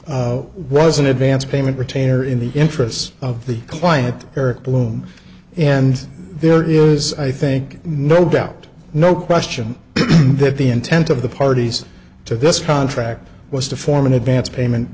two was an advance payment retainer in the interests of the client eric bloom and there is i think no doubt no question that the intent of the parties to this contract was to form an advance payment